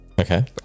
Okay